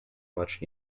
much